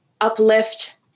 uplift